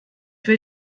wir